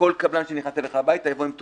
כל קבלן שנכנס אליך הביתה יבוא עם תעודה,